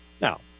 Now